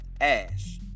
Ash